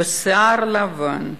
בשיער לבן,